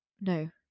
no